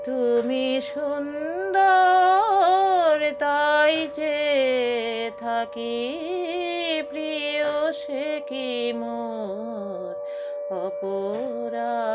তুমি সুন্দর তাই চেয়ে থাকি প্রিয় সে কি মোর অপরাধ